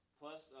plus